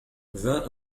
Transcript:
vingt